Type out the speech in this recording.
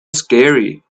scary